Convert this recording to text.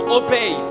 obey